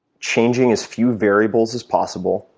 changing as few variables as possible,